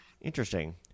Interesting